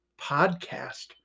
podcast